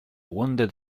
wounded